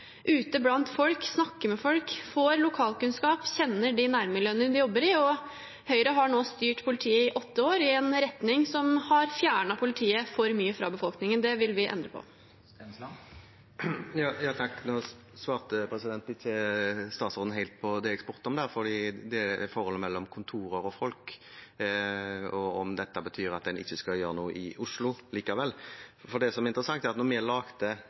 ute blant folk, snakker med folk, får lokalkunnskap og kjenner de nærmiljøene de jobber i. Høyre har nå styrt politiet i åtte år i en retning som har fjernet politiet for mye fra befolkningen. Det vil vi endre på. Nå svarte ikke statsråden helt på det jeg spurte om – forholdet mellom kontorer og folk og om dette betyr at en ikke skal gjøre noe i Oslo likevel. Det som er interessant, er at da vi laget dette forslaget, var det